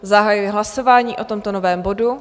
Zahajuji hlasování o tomto novém bodu.